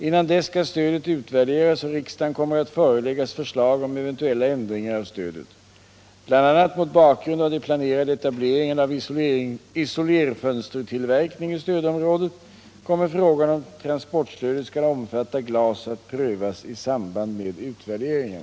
Innan dess skall stödet utvärderas, och riksdagen kommer att föreläggas förslag om eventuella ändringar av stödet. Bl. a. mot bakgrund av de planerade etableringarna av isolerfönstertillverkning i stödområdet kommer frågan om transportstödet skall omfatta glas att prövas i samband med utvärderingen.